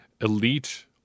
Elite